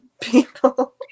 people